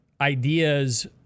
ideas